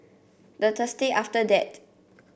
the Thursday after that